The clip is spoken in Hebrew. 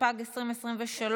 התשפ"ג 2023,